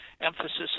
emphasis